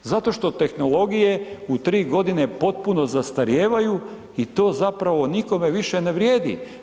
Zato što tehnologije u 3 godine potpuno zastarijevaju i to zapravo nikome više ne vrijedi.